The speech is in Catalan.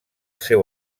seu